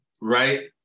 right